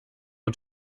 und